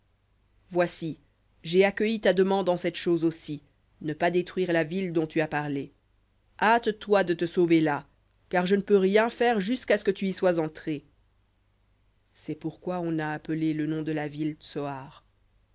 voici j'ai accueilli ta demande en cette chose aussi de ne pas détruire la ville dont tu as parlé hâte-toi de te sauver là car je ne peux rien faire jusqu'à ce que tu y sois entré c'est pourquoi on a appelé le nom de la ville